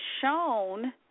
shown